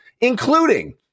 including